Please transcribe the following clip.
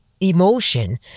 emotion